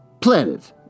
planet